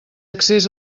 accés